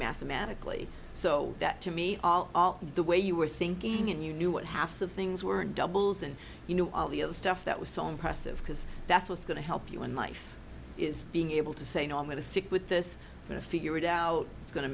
mathematically so that to me all the way you were thinking and you knew what half of things were doubles and you know all the stuff that was so impressive because that's what's going to help you in life is being able to say no i'm going to stick with this and figure it out it's go